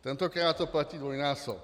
Tentokrát to platí dvojnásob.